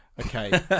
Okay